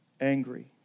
angry